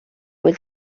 was